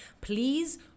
Please